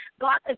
God